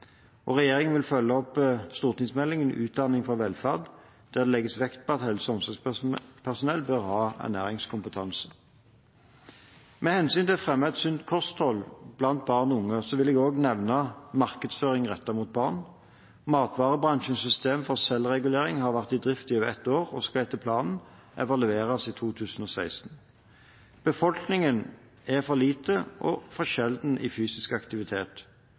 Regjeringen vil følge opp stortingsmeldingen Utdanning for velferd, der det legges vekt på at helse- og omsorgspersonell bør har ernæringskompetanse. Med hensyn til å fremme et sunt kosthold blant barn og unge vil jeg også nevne markedsføring rettet mot barn. Matvarebransjens system for selvregulering har vært i drift i over et år og skal etter planen evalueres i 2016. Befolkningen er for lite og for sjelden i fysisk aktivitet.